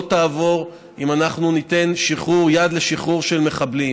תעבור אם אנחנו ניתן יד לשחרור של מחבלים.